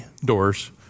doors